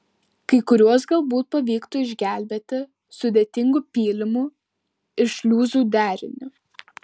kai kuriuos galbūt pavyktų išgelbėti sudėtingu pylimų ir šliuzų deriniu